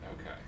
Okay